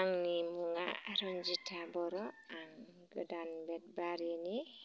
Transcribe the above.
आंनि मुङा रनजिथा बर' आं गोदान बेथबारिनि